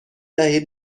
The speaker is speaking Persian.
دهید